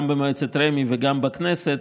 גם במועצת רמ"י וגם בכנסת,